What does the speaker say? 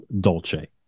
Dolce